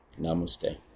Namaste